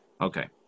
Okay